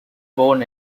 born